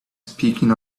speaking